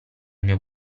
mio